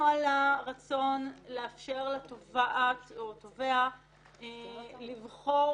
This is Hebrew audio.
עלה הרצון לאפשר לתובעת או לתובע לבחור